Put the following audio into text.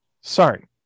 Sorry